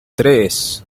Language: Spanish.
tres